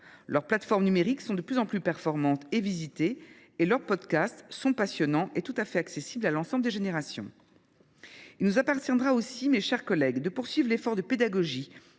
Ses plateformes numériques sont de plus en plus performantes et visitées, avec des podcasts passionnants et tout à fait accessibles à l’ensemble des générations. Il nous appartiendra aussi, mes chers collègues, de poursuivre l’effort de pédagogie